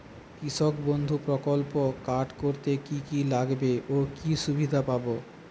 কৃষক বন্ধু প্রকল্প কার্ড করতে কি কি লাগবে ও কি সুবিধা পাব?